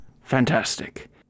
Fantastic